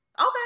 Okay